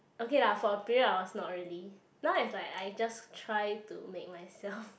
okay lah for a period I was not really now it's like I just try to make myself